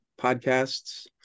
Podcasts